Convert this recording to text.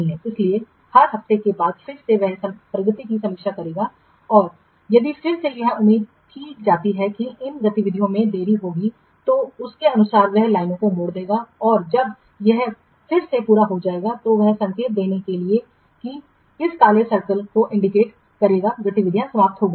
इसलिए हर हफ्ते के बाद फिर से वह प्रगति की समीक्षा करेगा और यदि फिर से यह उम्मीद की जाती है कि इन गतिविधियों में देरी होगी तो उसके अनुसार वह लाइनों को मोड़ देगा और जब यह फिर से पूरा हो जाएगा तो वह संकेत देने के लिए किस काले सर्कलघेरे को इंडिकेट करेगा गतिविधियां समाप्त हो गई हैं